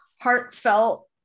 heartfelt